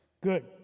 good